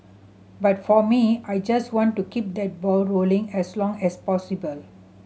but for me I just want to keep that ball rolling as long as possible